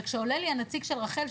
וכשעולה לי הנציג של רח"ל,